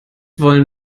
wollen